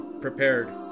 prepared